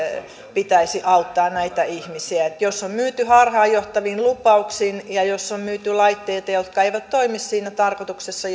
pitäisi auttaa näitä ihmisiä eli jos on myyty harhaanjohtavin lupauksin ja jos on myyty laitteita jotka eivät toimi siinä tarkoituksessa